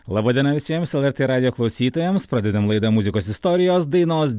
laba diena visiems lrt radijo klausytojams pradedame laidą muzikos istorijos dainos